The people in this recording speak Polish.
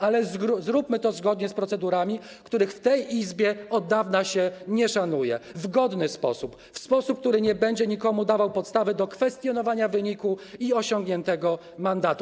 Ale zróbmy to zgodnie z procedurami, których w tej Izbie od dawna się nie szanuje, w godny sposób, w sposób, który nie będzie nikomu dawał podstawy do kwestionowania wyniku i osiągniętego mandatu.